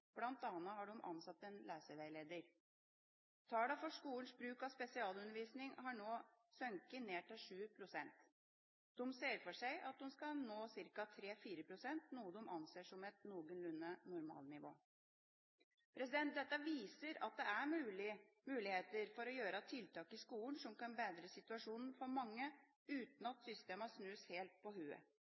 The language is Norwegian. har de ansatt en leseveileder. Tallene for skolens bruk av spesialundervisning har nå sunket til 7 pst. De ser for seg at de skal nå ca. 3–4 pst., noe de anser som et noenlunde normalnivå. Dette viser at det er muligheter for å gjøre tiltak i skolen som kan bedre situasjonen for mange, uten at systemene snus helt på